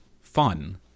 fun